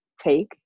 take